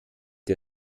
der